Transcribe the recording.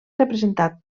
representat